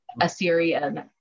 Assyrian